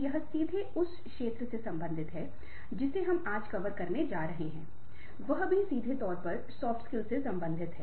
जहा व्यक्तिगत योग्यता आत्म जागरूकता और आत्म प्रबंधन से संबंधित है तो सामाजिक योग्यता सामाजिक जागरूकता और संबंध प्रबंधन से संबंधित है